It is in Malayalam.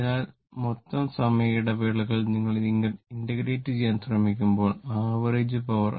അതിനാൽ മൊത്തം സമയ ഇടവേളയിൽ നിങ്ങൾ ഇന്റഗ്രേറ്റ് ചെയ്യാൻ ശ്രമിക്കുമ്പോൾ ആവറേജ് പവർ